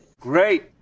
Great